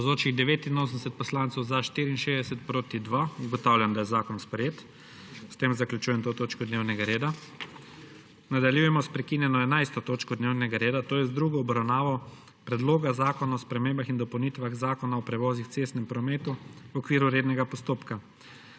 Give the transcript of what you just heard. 2. (Za je glasovalo 64.) (Proti 2.) Ugotavljam, da je zakon sprejet. S tem zaključujem to točko dnevnega reda. Nadaljujemo s prekinjeno 11. točko dnevnega reda, to je z drugo obravnavo Predloga zakona o spremembah in dopolnitvah zakona o prevozih v cestnem prometu v okviru rednega postopka.